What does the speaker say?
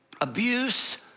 abuse